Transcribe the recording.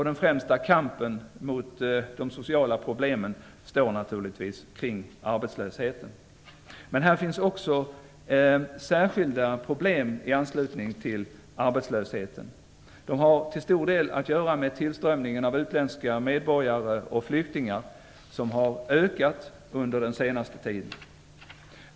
Den främsta kampen mot de sociala problemen står naturligtvis kring arbetslösheten. Men här finns också särskilda problem i anslutning till arbetslösheten. De har till stor del att göra med tillströmningen av utländska medborgare och flyktingar som har ökat under den senaste tiden.